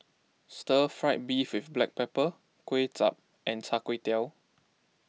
Stir Fried Beef with Black Pepper Kuay Chap and Char Kway Teow